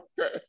okay